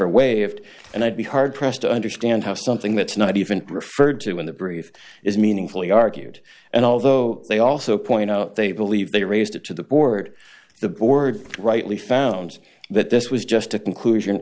are waived and i'd be hard pressed to understand how something that's not even referred to in the brief is meaningfully argued and although they also point out they believe they raised it to the board the board rightly found that this was just a conclusion